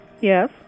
Yes